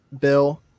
bill